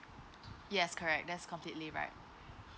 yes correct that's completely right